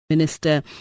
Minister